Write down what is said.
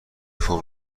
فرم